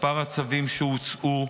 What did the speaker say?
מספר הצווים שהוצאו,